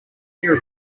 near